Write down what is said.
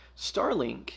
Starlink